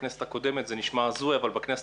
גם בכנסת הקודמת זה נשמע הזוי אבל בכנסת